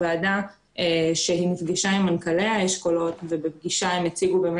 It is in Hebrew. הוועדה שנפגשה עם מנכ"לי האשכולות ובפגישה הם הציגו את